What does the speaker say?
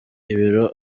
ibiro